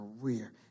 career